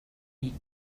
eat